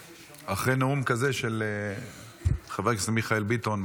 אחרי נאום כזה של חבר הכנסת מיכאל ביטון.